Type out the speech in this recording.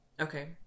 Okay